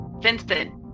vincent